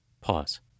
Pause